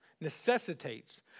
necessitates